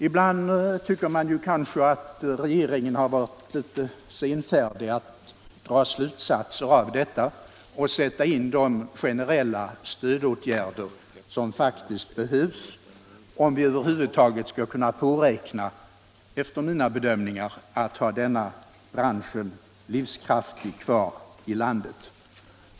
Ibland tycker man kanske att regeringen har varit litet senfärdig att dra slutsatser av detta och sätta in de generella stödåtgärder som faktiskt behövs, om vi över huvud taget skall kunna påräkna, efter mina bedömningar, att ha denna bransch livskraftig kvar i landet.